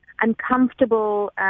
uncomfortable